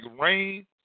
rain